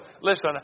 listen